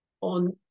on